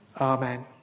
Amen